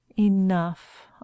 enough